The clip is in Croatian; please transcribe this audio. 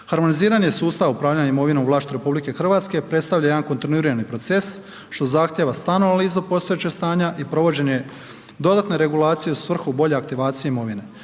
Harmonizirani sustav upravljanja imovinom u vlasti RH predstavlja jedan kontinuirani proces što zahtjeva stalnu analizu postojećeg stanja i provođenje dodatne regulacije u svrhu bolje aktivacije imovine.